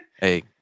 Hey